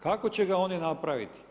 Kako će ga oni napraviti?